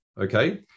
Okay